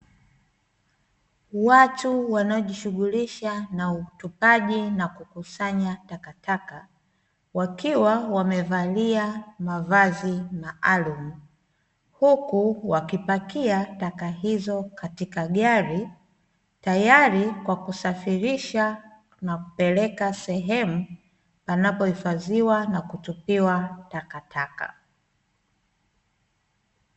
Watu wanaojishughulisha na utupaji na kukusanya takataka, wakiwa wamevalia mavazi maalumu, huku wakipakia taka hizo katika gari, tayari kwa kusafirisha na kupeleka sehemu panapohifadhiwa na kutupiwa takataka.